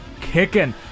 kicking